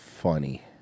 funny